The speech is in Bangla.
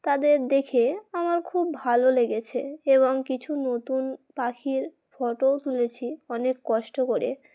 তাদের দেখে আমার খুব ভালো লেগেছে এবং কিছু নতুন পাখির ফটোও তুলেছি অনেক কষ্ট করে